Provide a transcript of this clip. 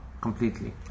completely